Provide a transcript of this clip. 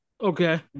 Okay